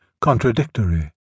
contradictory